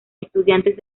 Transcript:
estudiantes